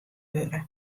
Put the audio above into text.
wurde